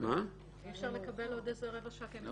אי אפשר לקבל עוד רבע שעה?